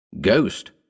Ghost